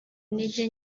ntege